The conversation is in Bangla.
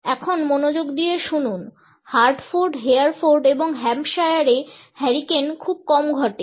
এখন মনোযোগ দিয়ে শুনুন হার্টফোর্ড হেয়ারফোর্ড এবং হ্যাম্পশায়ারে হারিকেন খুব কমই ঘটে